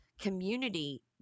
community